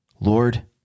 Lord